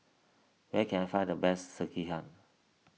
where can I find the best Sekihan